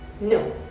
No